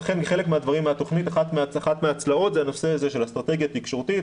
לכן אחת מהצלעות בתוכנית זה הנושא הזה של אסטרטגיה תקשורתית,